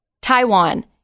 Taiwan